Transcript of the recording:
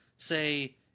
Say